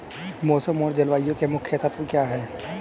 मौसम और जलवायु के मुख्य तत्व क्या हैं?